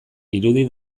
irudi